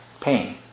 pain